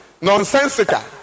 Nonsensical